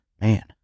man